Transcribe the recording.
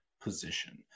position